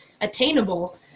attainable